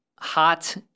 hot